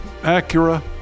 Acura